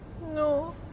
No